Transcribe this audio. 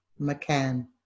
McCann